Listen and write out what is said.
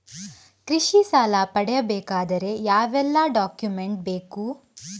ಕೃಷಿ ಸಾಲ ಪಡೆಯಬೇಕಾದರೆ ಯಾವೆಲ್ಲ ಡಾಕ್ಯುಮೆಂಟ್ ಬೇಕು?